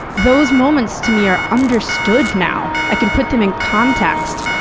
those moments, to me, are understood now. i can put them in context.